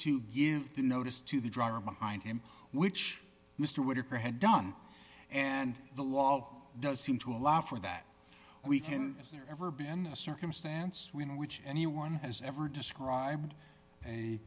to give notice to the driver behind him which mr whitaker had done and the law does seem to allow for that weekend is there ever been a circumstance in which anyone has ever described a